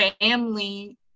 Family-